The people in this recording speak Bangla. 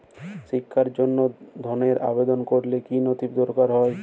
শিক্ষার জন্য ধনের আবেদন করলে কী নথি দরকার হয়?